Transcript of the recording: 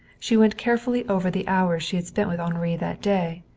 she went carefully over the hours she had spent with henri that day,